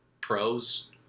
pros